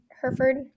Hereford